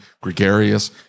gregarious